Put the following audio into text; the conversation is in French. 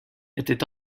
était